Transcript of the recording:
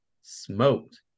smoked